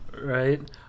Right